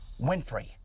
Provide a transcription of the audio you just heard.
Winfrey